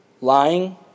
lying